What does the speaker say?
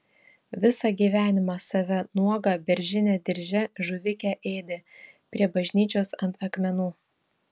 visą gyvenimą save nuogą beržine dirže žuvikę ėdė prie bažnyčios ant akmenų